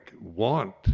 want